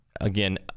Again